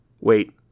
Wait